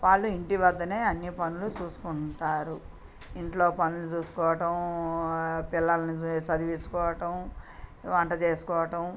వాళ్ళు ఇంటి వద్దనే అన్నీ పనులు చూసుకుంటారు ఇంట్లో పన్లు చూసుకోవటం పిల్లల్ని చదివించుకోవటం వంట చేసుకోవటం